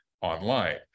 online